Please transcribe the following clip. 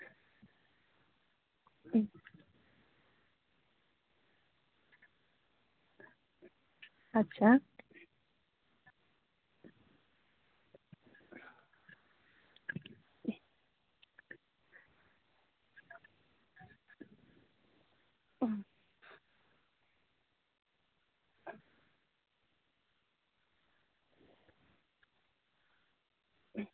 ᱦᱩᱸ ᱟᱪᱪᱷᱟ